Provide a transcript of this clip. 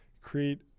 create